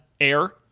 Air